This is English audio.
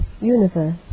universe